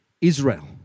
Israel